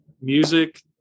music